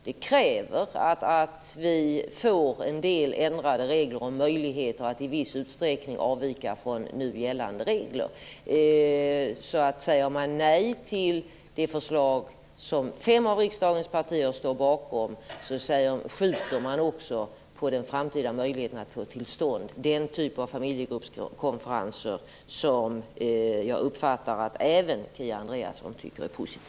Det kräver att vi får en del ändrade regler och möjligheter att i viss utsträckning avvika från nu gällande regler. Säger man nej till det förslag som fem av riksdagens partier står bakom skjuter man också på den framtida möjligheten att få till stånd den typ av familjegruppskonferenser som jag uppfattar att även Kia Andreasson tycker är positiv.